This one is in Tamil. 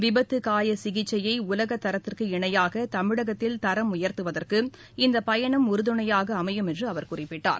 விபத்து காய சிகிச்சையை உலகத் தரத்திற்கு இணையாக தமிழகத்தில் தரம் உயர்த்துவதற்கு இந்த பயணம் உறுதுணையாக அமையும் என்று அவர் குறிப்பிட்டார்